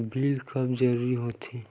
Bill काबर जरूरी होथे?